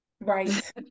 right